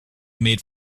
made